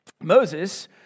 Moses